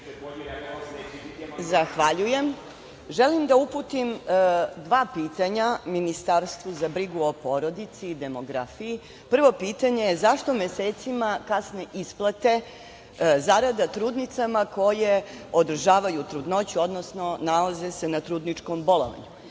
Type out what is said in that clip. Zahvaljujem. Želim da uputim dva pitanja Ministarstvu za brigu o porodici i demografiji. Prvo pitanje je zašto mesecima kasne isplate zarada trudnicama koje održavaju trudnoću, odnosno nalaze se na trudničkom bolovanju?